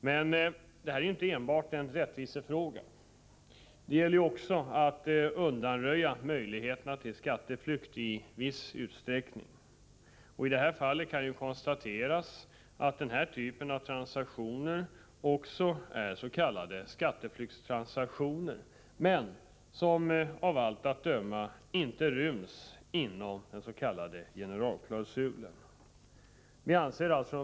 Men detta är inte enbart en rättvisefråga, det gäller också att undanröja möjligheterna till skatteflykt i viss utsträckning. I detta fall kan det konstateras att den här typen av transaktioner också är s.k. skatteflyktstransaktioner, men att de av allt att döma inte ryms inom den s.k. generalklausulen.